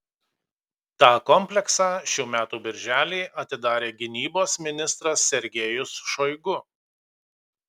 tą kompleksą šių metų birželį atidarė gynybos ministras sergejus šoigu